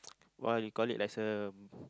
why you call it lesson